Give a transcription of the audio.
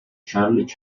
charles